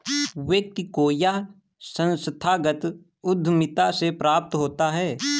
व्यक्ति को यह संस्थागत उद्धमिता से प्राप्त होता है